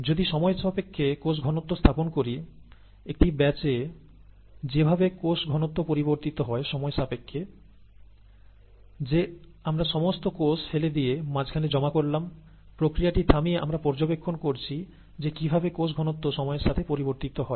যদি সময় সাপেক্ষে কোষ ঘনত্ব স্থাপন করি একটি ব্যাচ এ যেভাবে কোষ ঘনত্ব পরিবর্তিত হয় সময় সাপেক্ষে যে আমরা সমস্ত কোষ ফেলে দিয়ে মাঝখানে জমা করলাম প্রক্রিয়াটি থামিয়ে আমরা পর্যবেক্ষণ করছি যে কিভাবে কোষ ঘনত্ব সময়ের সাথে পরিবর্তিত হয়